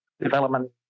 development